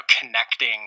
connecting